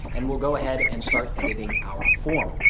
and we'll go ahead and start editing our form.